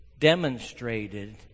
demonstrated